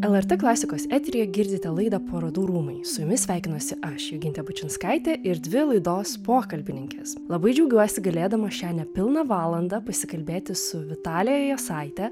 lrt klasikos eteryje girdite laidą parodų rūmai su jumis sveikinuosi aš jogintė bučinskaitė ir dvi laidos pokalbininkės labai džiaugiuosi galėdama šią nepilną valandą pasikalbėti su vitalija jasaite